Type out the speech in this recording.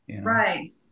Right